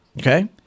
Okay